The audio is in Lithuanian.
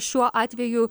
šiuo atveju